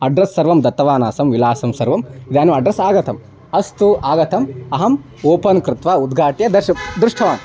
address सर्वं दत्तवान् आसं विलासं सर्वं इदानीम् अड्रस् आगतम् अस्तु आगतम् अहम् ओपन् कृत्वा उद्घाट्य दर्शकं दृष्टवान्